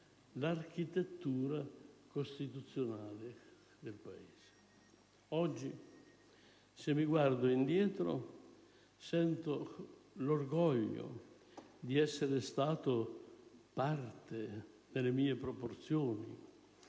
dell'architettura costituzionale del Paese. Oggi, se mi guardo indietro, sento l'orgoglio di essere stato parte, nelle mie proporzioni,